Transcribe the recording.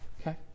okay